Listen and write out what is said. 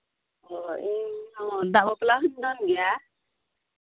ᱚ ᱤᱧ ᱦᱚᱸ ᱫᱟᱜ ᱵᱟᱯᱞᱟ ᱦᱚᱧ ᱫᱚᱱ ᱜᱮᱭᱟ